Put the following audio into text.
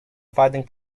finding